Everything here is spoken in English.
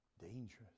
dangerous